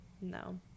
no